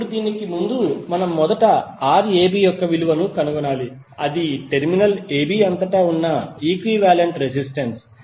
ఇప్పుడు దీనికి ముందు మనం మొదట Rab యొక్క విలువను కనుగొనాలి అది టెర్మినల్ AB అంతటా ఉన్న ఈక్వివాలెంట్ రెసిస్టెన్స్